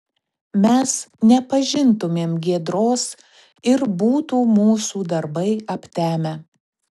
mes nepažintumėm giedros ir būtų mūsų darbai aptemę